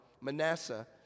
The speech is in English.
Manasseh